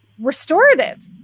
restorative